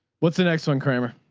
what's the next one kramer.